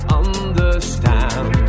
understand